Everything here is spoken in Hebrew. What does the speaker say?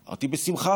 אמרתי: בשמחה.